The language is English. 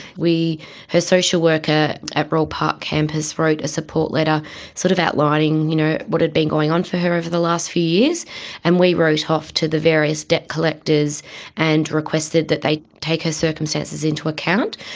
her social work at at royal park campus wrote a support letter sort of outlining you know what had been going on for her over the last few years and we wrote off to the various debt collectors and requested that they take her circumstances into account,